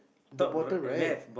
the bottom right